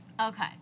Okay